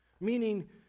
meaning